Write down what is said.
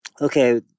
Okay